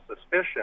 suspicion